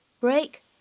break